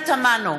פנינה תמנו,